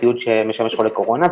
ציוד שמשמש חולי קורונה,